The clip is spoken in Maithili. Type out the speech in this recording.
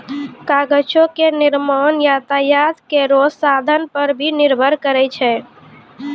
कागजो क निर्माण यातायात केरो साधन पर भी निर्भर करै छै